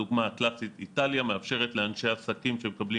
דוגמה איטליה הקלאסית מאפשרת לאנשי עסקים שמקבלים